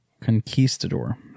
conquistador